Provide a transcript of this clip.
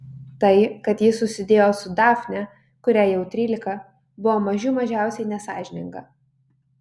tai kad ji susidėjo su dafne kuriai jau trylika buvo mažų mažiausiai nesąžininga